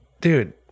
dude